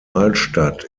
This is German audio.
altstadt